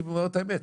אני אומר את האמת,